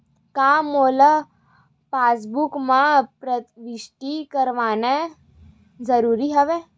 का मोला पासबुक म प्रविष्ट करवाना ज़रूरी हवय?